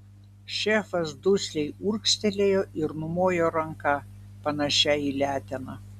šefas dusliai urgztelėjo ir numojo ranka panašia į leteną